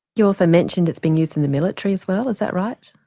you also mentioned it's being used in the military as well, is that right?